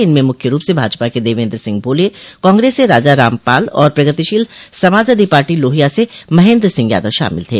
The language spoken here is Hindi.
इनमें मुख्य रूप से भाजपा के देवेन्द्र सिंह भोले कांग्रेस से राजाराम पाल और प्रगतिशील समाजवादी पार्टी लोहिया से महेन्द्र सिंह यादव शामिल थे